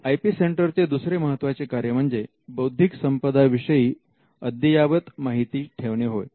IP centre चे दुसरे महत्त्वाचे कार्य म्हणजे बौद्धिक संपदा विषयी अद्ययावत माहिती ठेवणे होय